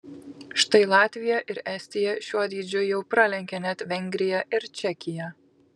štai latvija ir estija šiuo dydžiu jau pralenkė net vengriją ir čekiją